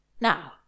Now